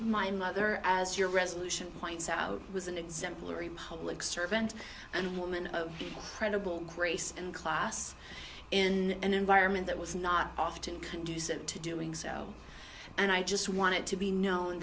my mother as your resolution points out was an exemplary public servant and woman credible grace and class and environment that was not often conducive to doing so and i just wanted to be known